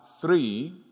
three